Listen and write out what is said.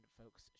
folks